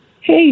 Hey